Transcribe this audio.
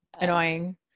Annoying